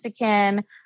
Mexican